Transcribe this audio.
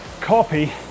copy